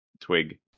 twig